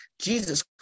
Jesus